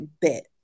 bit